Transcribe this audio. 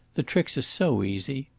the tricks are so easy.